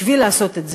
בשביל לעשות את זה,